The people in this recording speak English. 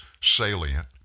salient